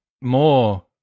more